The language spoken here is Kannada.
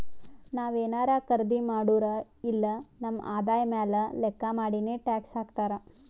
ನಾವ್ ಏನಾರೇ ಖರ್ದಿ ಮಾಡುರ್ ಇಲ್ಲ ನಮ್ ಆದಾಯ ಮ್ಯಾಲ ಲೆಕ್ಕಾ ಮಾಡಿನೆ ಟ್ಯಾಕ್ಸ್ ಹಾಕ್ತಾರ್